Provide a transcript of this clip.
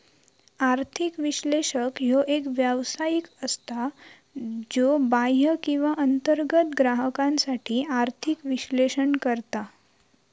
आर्थिक विश्लेषक ह्यो एक व्यावसायिक असता, ज्यो बाह्य किंवा अंतर्गत ग्राहकांसाठी आर्थिक विश्लेषण करता